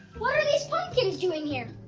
what are these pumpkins doing here?